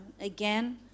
again